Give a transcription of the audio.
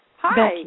Hi